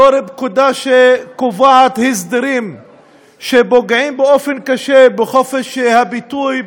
בתור פקודה שקובעת הסדרים שפוגעים באופן קשה בחופש הביטוי,